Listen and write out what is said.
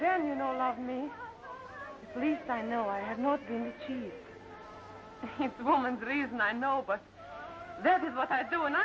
then you know love me please i know i have most romans reason i know but this is what i do and